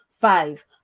five